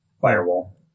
Firewall